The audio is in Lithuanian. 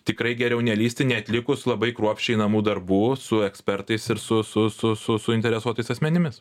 tikrai geriau nelįsti neatlikus labai kruopščiai namų darbų su ekspertais ir su su su su suinteresuotais asmenimis